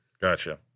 Gotcha